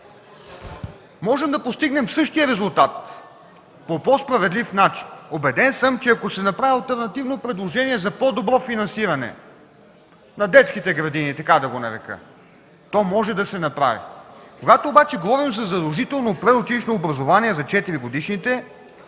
Можем да постигнем същия резултат по по-справедлив начин. Убеден съм, че ако се направи алтернативно предложение за по-добро финансиране на детските градини, така да го нарека, то може да се направи. Когато обаче говорим за задължително предучилищно образование при 4-годишните,